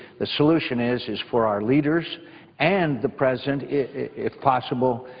the solution is is for our leaders and the president, if possible,